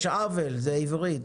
יש עוול, זה עברית.